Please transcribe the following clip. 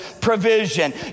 provision